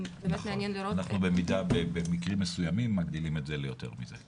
אנחנו במקרים מסוימים מגדילים את זה ליותר מזה,